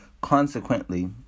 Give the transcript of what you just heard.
consequently